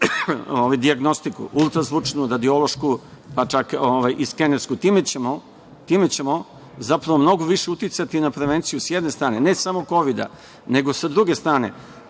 dijagnostiku, ultrazvučnu, radiološku, pa čak i skenersku. Time ćemo, zapravo, mnogo više uticati na prevenciju s jedne strane ne samo Kovida, nego, s druge strane,